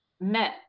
met